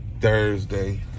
Thursday